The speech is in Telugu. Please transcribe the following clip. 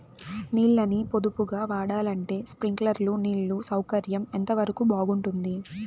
నీళ్ళ ని పొదుపుగా వాడాలంటే స్ప్రింక్లర్లు నీళ్లు సౌకర్యం ఎంతవరకు బాగుంటుంది?